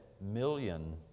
million